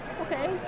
Okay